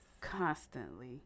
Constantly